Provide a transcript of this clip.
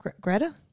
greta